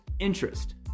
interest